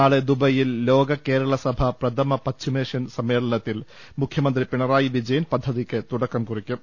നാളെ ദുബായിൽ ലോക കേരള സഭ പ്രഥമ പശ്ചിമേഷ്യൻ സമ്മേള നത്തിൽ മുഖ്യമന്ത്രി പിണറായി വിജയൻ പദ്ധതിയ്ക്ക് തുടക്കം കുറിക്കും